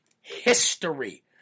history